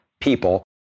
people